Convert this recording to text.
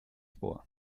vor